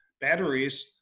batteries